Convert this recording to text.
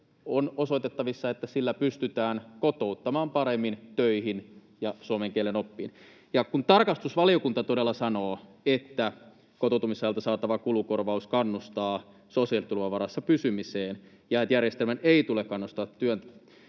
on osoitettavissa, että sillä pystytään kotouttamaan paremmin töihin ja suomen kielen oppiin. Ja kun tarkastusvaliokunta todella sanoo, että kotoutumisajalta saatava kulukorvaus kannustaa sosiaaliturvan varassa pysymiseen ja että järjestelmän ei tule kannustaa tukien